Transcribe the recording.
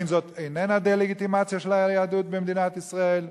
האם זו איננה דה-לגיטימציה של היהדות במדינת ישראל?